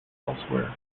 elsewhere